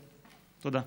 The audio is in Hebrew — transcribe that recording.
תודה.